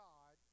God